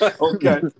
Okay